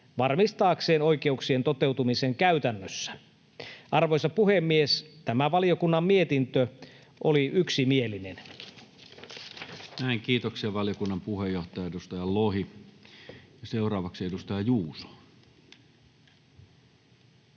varmistaakseen oikeuksien toteutumisen käytännössä.” Arvoisa puhemies! Tämä valiokunnan mietintö oli yksimielinen. Näin. — Kiitoksia valiokunnan puheenjohtaja, edustaja Lohi. — Seuraavaksi edustaja Juuso.